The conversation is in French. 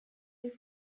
des